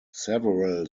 several